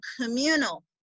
communal